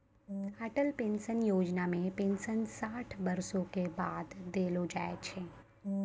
Atal pension योजना मे pension साठ बरसो के बाद देलो जाय छै